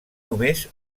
només